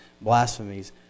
blasphemies